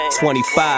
25